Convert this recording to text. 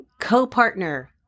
co-partner